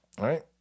right